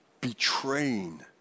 betraying